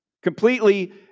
Completely